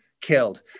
killed